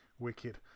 wicked